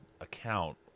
account